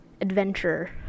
adventure